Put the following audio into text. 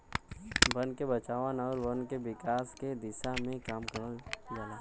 बन के बचाना आउर वन विकास के दिशा में काम करल जाला